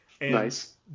Nice